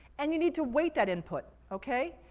and you need to weight that input, okay?